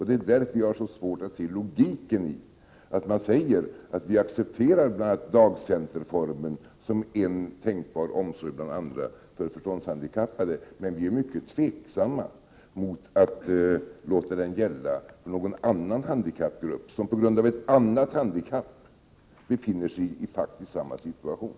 Det är därför jag har så svårt att se logiken i att man säger att man accepterar dagcenterformen som en tänkbar omsorg bland andra för förståndshandikappade men är mycket tveksam till att låta den gälla någon annan grupp, som på grund av ett annat handikapp befinner sig i exakt samma situation.